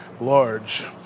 large